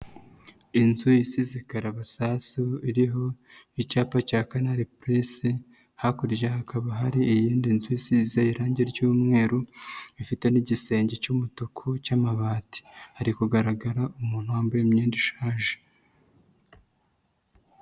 Inzu isize karabasasu, iriho icyapa cya kanari purisi, hakurya hakaba hari iyindi nzu isize irangi ry'umweru, ifite n'igisenge cy'umutuku cy'amabati, hari kugaragara umuntu wambaye imyenda ishaje.